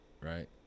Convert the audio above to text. right